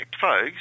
folks